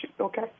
okay